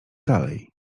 dalej